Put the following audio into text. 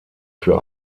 für